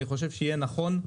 אני חושב שיהיה נכון,